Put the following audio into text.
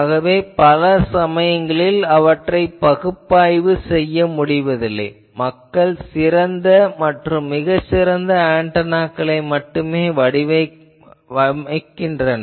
ஆகவே பல சமயங்களில் அவற்றைப் பகுப்பாய்வு செய்ய முடிவதில்லை மக்கள் சிறந்த மற்றும் மிகச்சிறந்த ஆன்டெனாக்களை வடிவமைக்கின்றனர்